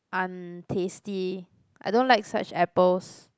untasty I don't like such apples